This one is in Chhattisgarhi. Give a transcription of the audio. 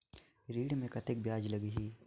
ऋण मे कतेक ब्याज लगही?